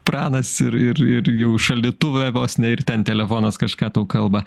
pranas ir ir ir jau šaldytuve vos ne ir ten telefonas kažką tau kalba